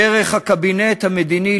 דרך הקבינט המדיני,